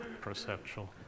Perceptual